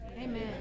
Amen